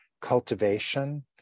cultivation